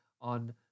on